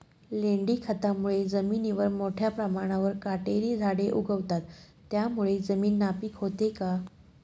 लेंडी खतामुळे जमिनीवर मोठ्या प्रमाणावर काटेरी झाडे उगवतात, त्यामुळे जमीन नापीक होते का?